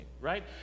right